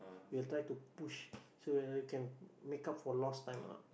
we'll try to push so that we can make up for lost time ah